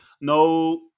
no